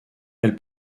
elle